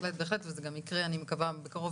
בהחלט בהחלט וזה גם יקרה אני מקווה בקרוב